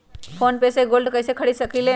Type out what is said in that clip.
Phone पे से gold कईसे खरीद सकीले?